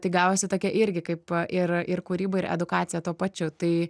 tai gavosi tokia irgi kaip ir ir kūryba ir edukacija tuo pačiu tai